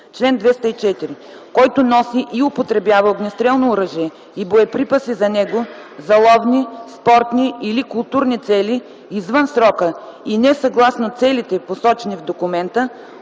„Чл. 204. Който носи и употребява огнестрелно оръжие и боеприпаси за него за ловни, спортни или културни цели извън срока и не съгласно целите, посочени в документа,